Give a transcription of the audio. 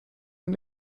and